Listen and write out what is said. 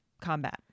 combat